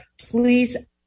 please